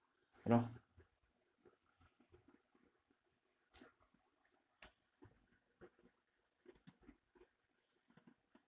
you know